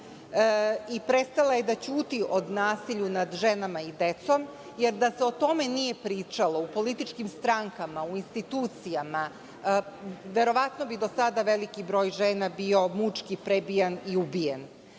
Prestala je da ćuti o nasilju nad ženama i decom, jer da se o tome nije pričalo u političkim strankama, u institucijama, verovatno bi do sada veliki broj žena bio mučki prebijan i ubijen. Danas,